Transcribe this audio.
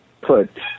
put